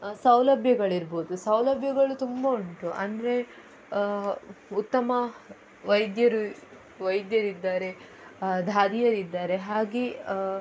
ಸೌಲಭ್ಯಗಳಿರ್ಬೋದು ಸೌಲಭ್ಯಗಳು ತುಂಬ ಉಂಟು ಅಂದರೆ ಉತ್ತಮ ವೈದರು ವೈದ್ಯರಿದ್ದಾರೆ ದಾದಿಯರಿದ್ದಾರೆ ಹಾಗೆ